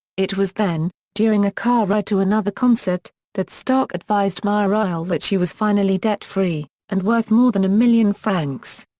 it was then, during a car ride to another concert, that stark advised mireille that she was finally debt free, and worth more than a million francs.